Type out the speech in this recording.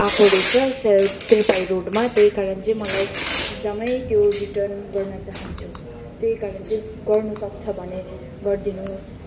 आएको रहेछस सो त्रिपाई रोडमा त्यहीकारण चाहिँ मलाई एकदमै त्यो रिटर्न गर्न चाहन्छु त्यहीकारण चाहिँ गर्नु सक्छ भने गरिदिनुहोस्